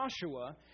Joshua